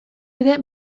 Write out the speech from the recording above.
ere